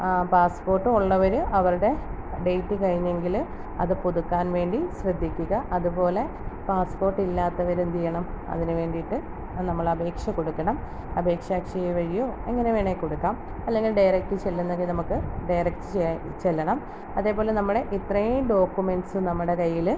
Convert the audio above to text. passport ഉള്ളവർ അവരുടെ date കഴിഞ്ഞെങ്കിൽ അത് പുതുക്കാൻ വേണ്ടി ശ്രദ്ധിക്കുക അതുപോലെ പാസ്പ്പോട്ടില്ലാത്തവരെന്തെയ്യണം അതിന് വേണ്ടീട്ട് നമ്മളപേക്ഷ കൊടുക്കണം അപേക്ഷ അക്ഷയ വഴിയോ എങ്ങനെ വേണേലും കൊടുക്കാം അല്ലെങ്കിൽ ഡയറക്റ്റ് ചെല്ലുന്നെങ്കിൽ നമുക്ക് ഡയറക്റ്റ് ചെ ചെല്ലണം അതേപോലെ നമ്മുടെ ഇത്രേം ഡോക്ക്മെൻറ്റ്സ്സ് നമ്മുടെ കയ്യിൽ